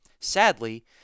Sadly